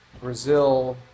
Brazil